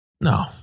no